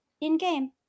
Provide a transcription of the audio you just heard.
in-game